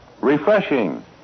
refreshing